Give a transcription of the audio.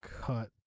cut